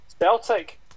Celtic